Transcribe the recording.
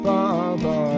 Baba